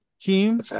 team